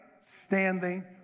standing